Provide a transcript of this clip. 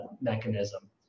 mechanism